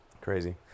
Crazy